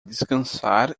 descansar